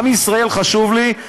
עם ישראל חשוב לי,